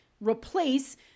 replace